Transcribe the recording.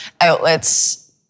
outlets